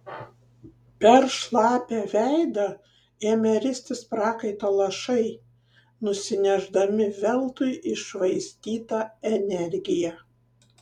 per šlapią veidą ėmė ristis prakaito lašai nusinešdami veltui iššvaistytą energiją